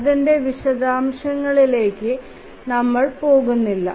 അതിന്റെ വിശദാംശങ്ങളിലേക്ക് നമ്മൾ പോകുന്നില്ല